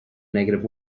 negative